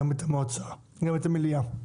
אלא גם את המליאה.